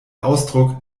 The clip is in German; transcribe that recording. ausdruck